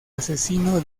asesino